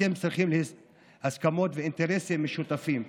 אתם צריכים הסכמות ואינטרסים משותפים,